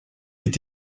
est